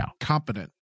Competent